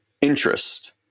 interest